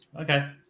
Okay